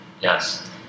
Yes